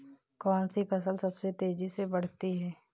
कौनसी फसल सबसे तेज़ी से बढ़ती है?